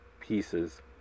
pieces